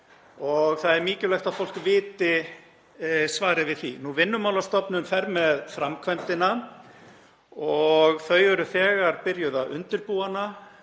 og það er mikilvægt að fólk viti svarið við henni. Vinnumálastofnun fer með framkvæmdina og þau eru þegar byrjuð að undirbúa